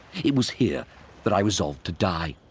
it was here that i resolved to die,